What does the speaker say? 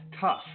tough